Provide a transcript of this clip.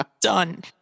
done